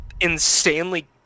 insanely